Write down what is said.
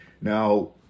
Now